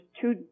two